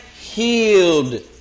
healed